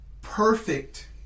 perfect